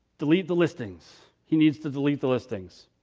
delete the listings. he needs to delete the listings,